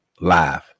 live